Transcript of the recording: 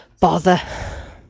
Bother